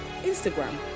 Instagram